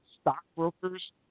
stockbrokers